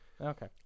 Okay